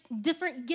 different